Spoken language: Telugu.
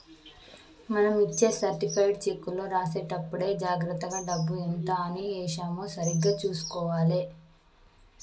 మనం ఇచ్చే సర్టిఫైడ్ చెక్కులో రాసేటప్పుడే జాగర్తగా డబ్బు ఎంత అని ఏశామో సరిగ్గా చుసుకోవాలే